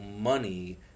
money